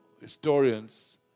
historians